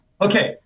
Okay